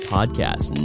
Podcast